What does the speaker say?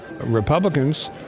Republicans